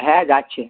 হ্যাঁ যাচ্ছে